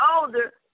older